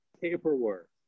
paperwork